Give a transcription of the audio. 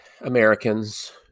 Americans